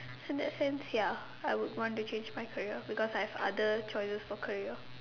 so in that sense ya I would want to change my career because I have other choices for career